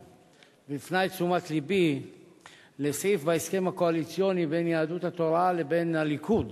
את תשומת לבי לסעיף בהסכם הקואליציוני בין יהדות התורה לבין הליכוד,